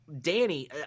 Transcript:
danny